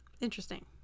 Interesting